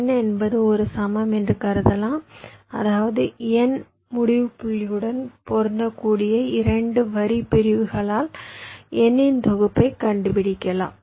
N என்பது ஒரு சமம் என்று கருதலாம் அதாவது N முடிவுப்புள்ளியுடன் பொருந்தக்கூடிய 2 வரி பிரிவுகளால் N இன் தொகுப்பைக் கண்டுபிடிக்கலாம்